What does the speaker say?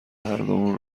هردومون